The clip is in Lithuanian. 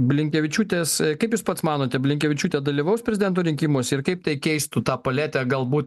blinkevičiūtės kaip jūs pats manote blinkevičiūtė dalyvaus prezidento rinkimuose ir kaip tai keistų tą paletę galbūt